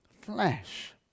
flesh